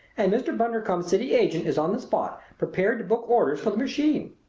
and mr. bundercombe's city agent is on the spot prepared to book orders for the machine.